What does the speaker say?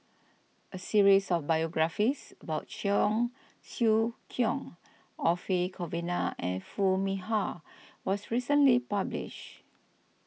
a series of biographies about Cheong Siew Keong Orfeur Cavenagh and Foo Mee Har was recently published